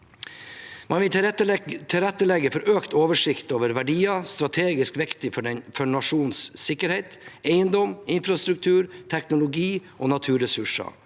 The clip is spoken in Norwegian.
Man vil tilrettelegge for økt oversikt over verdier som er strategisk viktige for nasjonens sikkerhet: eiendom, infrastruktur, teknologi og naturressurser.